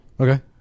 Okay